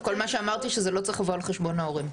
כל מה שאמרתי, שזה לא צריך לבוא על חשבון ההורים.